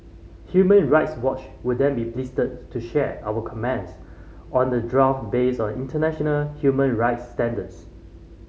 Human Rights Watch would then be pleased to share our comments on the draft based on international human rights standards